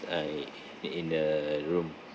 uh it i~ in the room